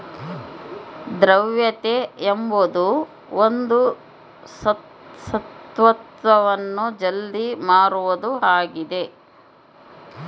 ದ್ರವ್ಯತೆ ಎಂಬುದು ಒಂದು ಸ್ವತ್ತನ್ನು ಜಲ್ದಿ ಮಾರುವುದು ಆಗಿದ